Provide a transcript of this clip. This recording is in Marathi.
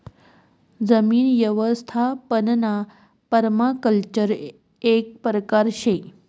जमीन यवस्थापनना पर्माकल्चर एक परकार शे